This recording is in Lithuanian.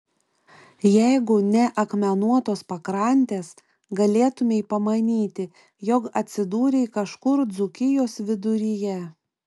jeigu ne akmenuotos pakrantės galėtumei pamanyti jog atsidūrei kažkur dzūkijos viduryje